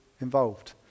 involved